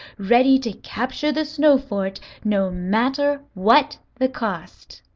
ready to capture the snow fort no matter what the cost.